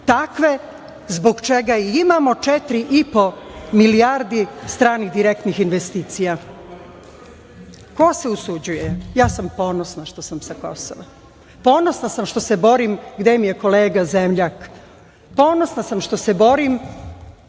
takve zbog čega imamo četiri i po milijardi stranih direktnih investicija. Ko se usuđuje? Ja sam ponosa što sam sa Kosova. Ponosna sam što se borim, gde mi je kolega zemljak, ponosna sam što se borim